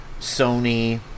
Sony